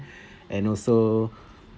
and also